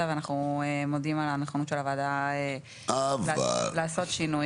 ואנחנו מודים על הנכונות של הוועדה לעשות שינוי,